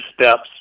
steps